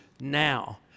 now